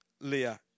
Leah